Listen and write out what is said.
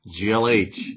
GLH